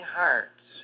hearts